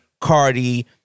Cardi